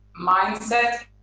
mindset